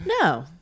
No